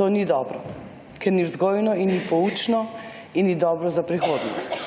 To ni dobro, ker ni vzgojno in ni poučno in ni dobro za prihodnost.